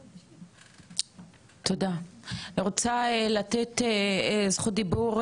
אני רוצה לתת זכות דיבור לקו לעובד,